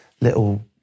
little